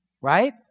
right